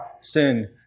sin